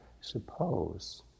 suppose